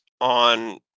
on